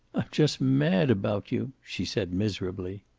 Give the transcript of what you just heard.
i'm just mad about you, she said miserably.